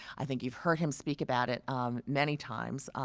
i think you've heard him speak about it um many times,